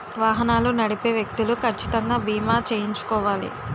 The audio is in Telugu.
వాహనాలు నడిపే వ్యక్తులు కచ్చితంగా బీమా చేయించుకోవాలి